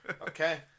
Okay